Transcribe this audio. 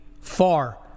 far